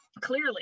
clearly